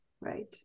Right